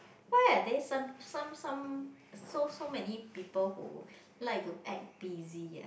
why are they some some some so so many people who like to act busy uh